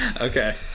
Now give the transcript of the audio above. Okay